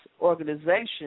organization